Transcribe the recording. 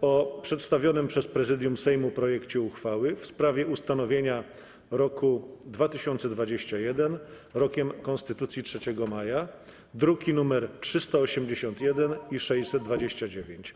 o przedstawionym przez Prezydium Sejmu projekcie uchwały w sprawie ustanowienia roku 2021 Rokiem Konstytucji 3 Maja (druki nr 381 i 629)